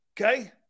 Okay